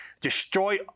Destroy